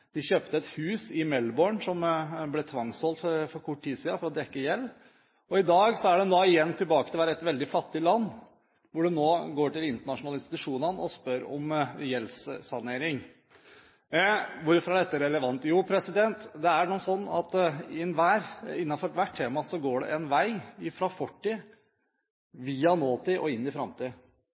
de kjøpte et hus i Melbourne som ble tvangssolgt for kort tid siden for å dekke gjeld. I dag er de igjen tilbake til å være et veldig fattig land, og går nå til de internasjonale institusjonene og ber om gjeldssanering. Hvorfor er dette relevant? Jo, det er nå slik at innenfor ethvert tema går det en vei fra fortiden, via nåtiden og inn i